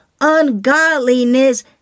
ungodliness